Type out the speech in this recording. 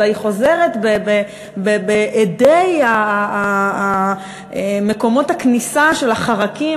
אלא היא חוזרת באדי מקומות הכניסה של החרקים,